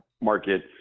market